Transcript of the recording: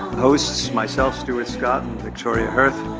hosts myself, stuart scott and victoria hurth.